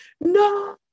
No